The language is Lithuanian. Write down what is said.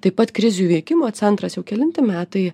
taip pat krizių įveikimo centras jau kelinti metai